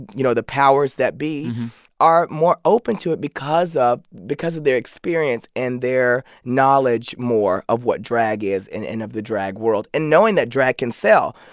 you know, the powers that be are more open to it because of because of their experience and their knowledge more of what drag is in and of the drag world and knowing that drag can sell.